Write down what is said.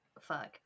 Fuck